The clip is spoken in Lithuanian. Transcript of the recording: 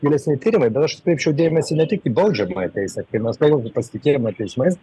vėlesni tyrimai bet aš atkreipčiau dėmesį ne tik į baudžiamąją teisę kai mes kalbam apie pasitikėjimą teismais